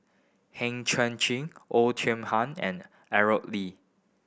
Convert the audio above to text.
Heng Chang Chieh Oei Tiong Ham and Aaro Lee